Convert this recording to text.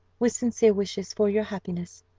with sincere wishes for your happiness,